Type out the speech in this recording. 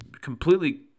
completely